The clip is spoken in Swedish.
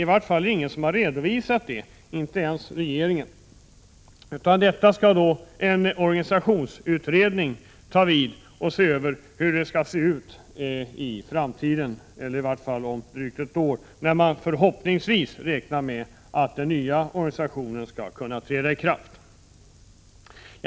I varje fall har ingen redovisat det, inte ens regeringen, utan här skall en organisationsutredning ta vid och se över hur det skall se ut i framtiden eller i varje fall om drygt ett år, när man förhoppningsvis räknar med att den nya organisationen skall kunna träda i kraft.